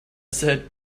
said